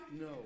No